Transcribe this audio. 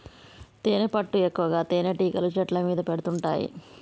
తేనెపట్టు ఎక్కువగా తేనెటీగలు చెట్ల మీద పెడుతుంటాయి